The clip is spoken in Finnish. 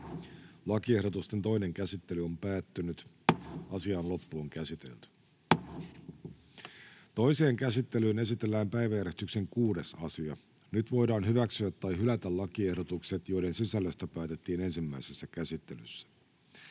kaupparekisterilain 20 §:n muuttamisesta Time: N/A Content: Toiseen käsittelyyn esitellään päiväjärjestyksen 5. asia. Nyt voidaan hyväksyä tai hylätä lakiehdotukset, joiden sisällöstä päätettiin ensimmäisessä käsittelyssä.